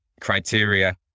criteria